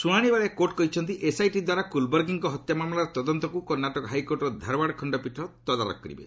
ଶୁଣାଣି ବେଳେ କୋର୍ଟ କହିଛନ୍ତି ଏସ୍ଆଇଟି ଦ୍ୱାରା କୁଲବର୍ଗୀଙ୍କ ହତ୍ୟା ମାମଲାର ତଦନ୍ତକୁ କର୍ଷାଟକ ହାଇକୋର୍ଟର ଧାରୱାର୍ଡ଼ ଖଣ୍ଡପୀଠ ତଦାରଖ କରିବେ